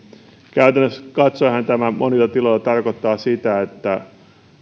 käytännössä katsoenhan tämä monilla tiloilla tarkoittaa sitä että